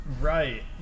Right